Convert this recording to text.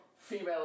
female